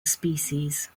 species